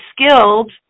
skilled